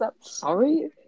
Sorry